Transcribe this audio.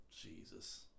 Jesus